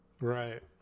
Right